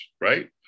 right